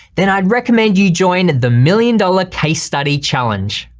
then i'd recommend you join the million dollar case study challenge.